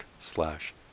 slash